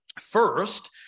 First